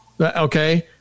Okay